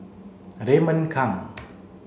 Raymond Kang